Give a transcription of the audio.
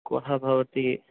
कः भवति